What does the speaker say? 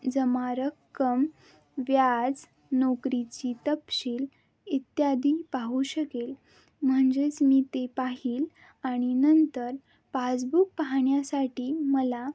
जमा रक्कम व्याज नोकरीची तपशील इत्यादी पाहू शकेल म्हणजेच मी ते पाहील आणि नंतर पासबुक पाहण्यासाठी मला